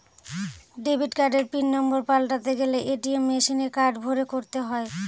debit কার্ডের pin number পাল্টাতে গেলে এ.টি.এম মেশিনে কার্ড ভোরে করতে হয়